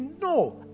no